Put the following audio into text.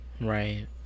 Right